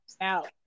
out